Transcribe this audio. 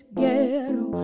ghetto